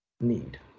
Need